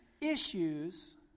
Issues